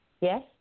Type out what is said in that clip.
Yes